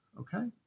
okay